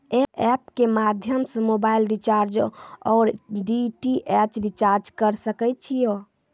App के माध्यम से मोबाइल रिचार्ज ओर डी.टी.एच रिचार्ज करऽ सके छी यो?